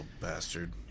bastard